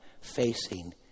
facing